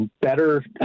better